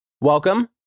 welcome